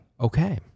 Okay